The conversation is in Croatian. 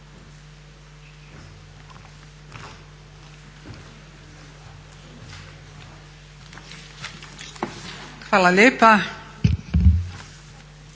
Hvala lijepa